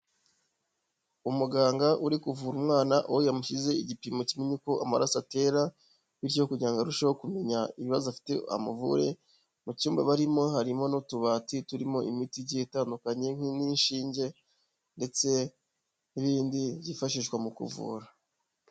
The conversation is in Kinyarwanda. Umuganga uri kuvura umwana, aho yamushyize igipimo kimenya uko amaraso atera bityo kugira ngo arusheho kumenya ibibazo afite amuvure, mu cyumba barimo harimo n'utubati turimo imiti igiye itandukanye nk'inshinge ndetse n'ibindi byifashishwa mu kuvura.